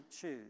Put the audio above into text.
choose